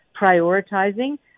prioritizing